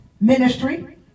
ministry